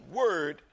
word